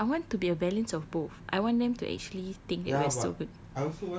no but I want to be a balance of both I want them to actually think we are so good